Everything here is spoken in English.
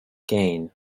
gain